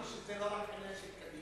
הוכחתי שזה לא רק עניין של קדימה.